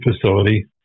facility